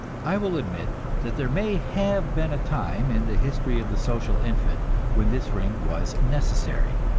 i will admit that there may have been a time in the history of the social infant when this ring was necessary.